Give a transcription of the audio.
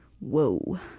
whoa